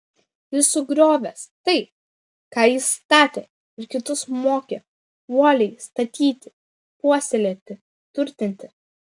jis sugriovęs tai ką ji statė ir kitus mokė uoliai statyti puoselėti turtinti